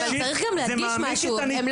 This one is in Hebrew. זה מעמיק את הניתוק.